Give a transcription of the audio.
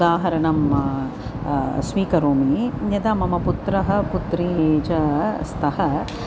उदाहरणं स्वीकरोमि यदा मम पुत्रः पुत्री च स्तः